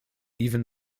even